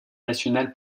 nationale